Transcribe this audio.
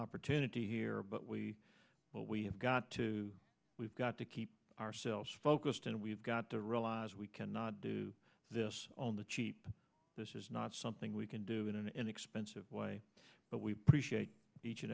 opportunity here but we but we have got to we've got to keep ourselves focused and we've got to realize we cannot do this on the cheap this is not something we can do in an inexpensive way but we